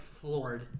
floored